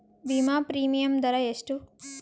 ವಿಮಾ ಪ್ರೀಮಿಯಮ್ ದರಾ ಎಷ್ಟು?